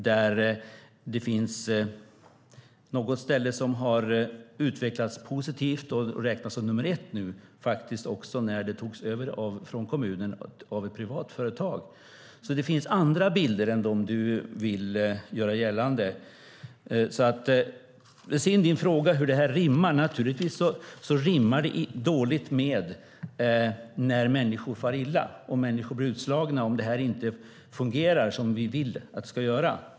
Det finns något ställe som har utvecklats positivt och nu räknas som nummer ett också när det togs över från kommunen av ett privat företag. Det finns andra bilder än de som Josefin Brink vill göra gällande. Josefin Brink frågar hur detta rimmar med ett ansvarsfullt arbetsmiljöarbete. Naturligtvis rimmar det dåligt när människor far illa och människor blir utslagna om det här inte fungerar som vi vill att det ska göra.